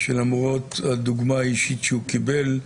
שלמרות הדוגמה האישית שהוא קיבל,